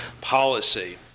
policy